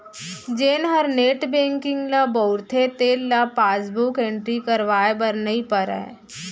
जेन हर net banking ल बउरथे तेन ल पासबुक एंटरी करवाए बर नइ परय